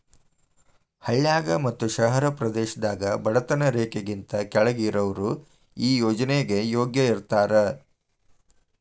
ಹಳ್ಳಾಗ ಮತ್ತ ಶಹರ ಪ್ರದೇಶದಾಗ ಬಡತನ ರೇಖೆಗಿಂತ ಕೆಳ್ಗ್ ಇರಾವ್ರು ಈ ಯೋಜ್ನೆಗೆ ಯೋಗ್ಯ ಇರ್ತಾರ